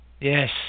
Yes